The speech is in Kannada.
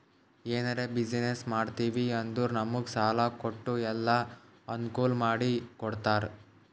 ಎನಾರೇ ಬಿಸಿನ್ನೆಸ್ ಮಾಡ್ತಿವಿ ಅಂದುರ್ ನಮುಗ್ ಸಾಲಾ ಕೊಟ್ಟು ಎಲ್ಲಾ ಅನ್ಕೂಲ್ ಮಾಡಿ ಕೊಡ್ತಾರ್